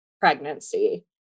pregnancy